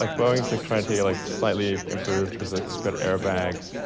like boeing's like trying to take it like slightly improved, cause like it's got airbags,